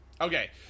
Okay